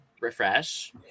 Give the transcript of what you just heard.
refresh